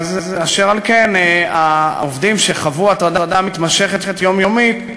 אשר על כן, העובדים שחוו הטרדה מתמשכת, יומיומית,